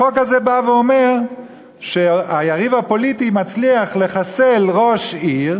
החוק הזה בא ואומר שהיריב הפוליטי מצליח לחסל ראש עיר,